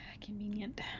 Convenient